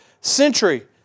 century